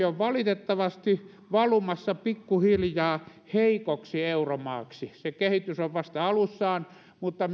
on valitettavasti valumassa pikkuhiljaa heikoksi euromaaksi se kehitys on vasta alussaan mutta